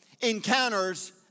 encounters